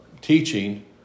teaching